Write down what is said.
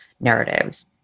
narratives